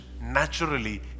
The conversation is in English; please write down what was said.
naturally